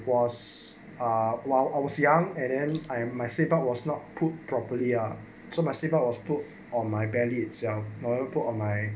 was ah while I was young and then I my was not put properly ah so out was put on my belly itself put on my